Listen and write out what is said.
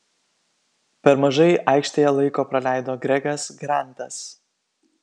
per mažai aikštėje laiko praleido gregas grantas